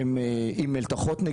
שהם עם מלתחות,